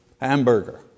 hamburger